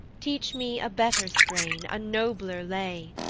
teach me a better strain, a nobler lay,